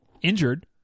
injured